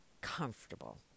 comfortable